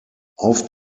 auf